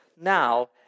now